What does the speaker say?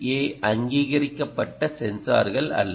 ஏ அங்கீகரிக்கப்பட்ட சென்சார்கள் அல்ல